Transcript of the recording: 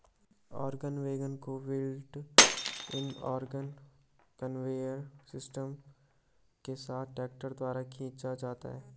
auger wagon को built in auger conveyor system के साथ ट्रैक्टर द्वारा खींचा जाता है